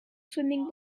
swimming